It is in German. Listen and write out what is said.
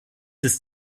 ist